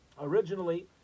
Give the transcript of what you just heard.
Originally